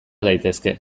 daitezke